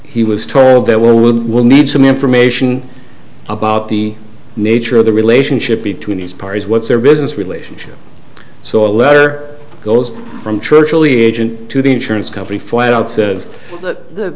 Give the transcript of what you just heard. he was told there were we will need some information about the nature of the relationship between these parties what's their business relationship so a letter goes from church early agent to the insurance company flat out